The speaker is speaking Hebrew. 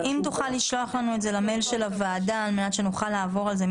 אם תוכל לשלוח לנו למייל של הוועדה על מנת שנוכל לעבור על זה.